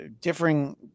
differing